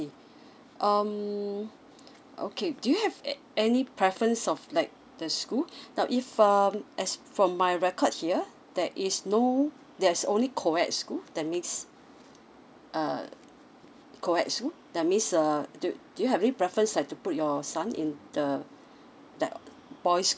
um okay do you have a~ any preference of like the school now if um as from my record here there is no there's only coed school that mixed uh coed school that mixed uh do you have any preference like to put your son in the that boys sch~